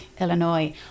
Illinois